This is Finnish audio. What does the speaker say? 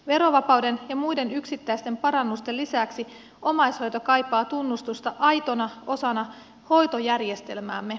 verovapauden ja muiden yksittäisten parannusten lisäksi omaishoito kaipaa tunnustusta aitona osana hoitojärjestelmäämme